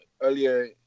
earlier